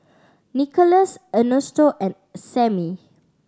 Nickolas Ernesto and Sammy